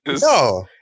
No